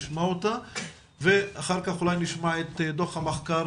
ונשמע אותה ואחר כך אולי נשמע את דו"ח המחקר